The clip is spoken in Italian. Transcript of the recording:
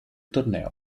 torneo